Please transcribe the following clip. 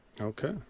Okay